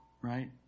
right